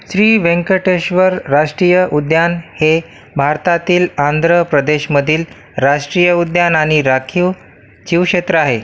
श्री व्यंकटेश्वर राष्टीय उद्यान हे भारतातील आंध्र प्रदेशमधील राष्ट्रीय उद्यान आणि राखीव जीवक्षेत्र आहे